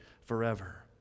forever